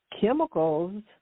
chemicals